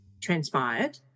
transpired